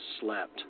slept